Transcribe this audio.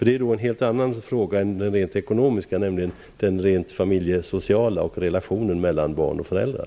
Det är en helt annan fråga är den rent ekonomiska, nämligen en familjesocial fråga som handlar om relationen mellan barn och föräldrar.